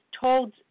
told